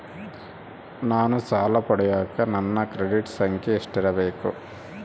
ನಾನು ಸಾಲ ಪಡಿಯಕ ನನ್ನ ಕ್ರೆಡಿಟ್ ಸಂಖ್ಯೆ ಎಷ್ಟಿರಬೇಕು?